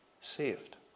saved